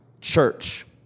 church